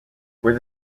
where